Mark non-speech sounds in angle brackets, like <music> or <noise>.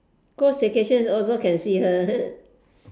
go staycation also can see her <laughs>